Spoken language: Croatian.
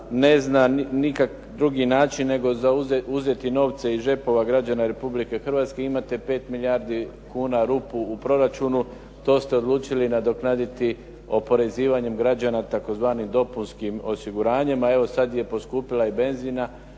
ne zna nikakav drugi način nego uzeti novce iz džepova građana Republike Hrvatske. imate 5 milijardi kuna rupu u proračunu. To ste odlučili nadoknaditi oporezivanjem građana tzv. dopunskim osiguranje, a evo sada je poskupila benzin.